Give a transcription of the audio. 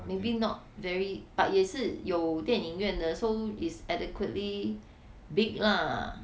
maybe not very but 也是有电影院的 so is adequately big lah